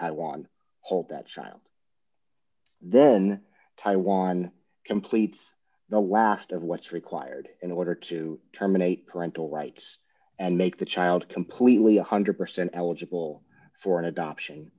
taiwan hold that child then taiwan completes the last of what's required in order to terminate parental rights and make the child completely one hundred percent eligible for an adoption